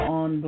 on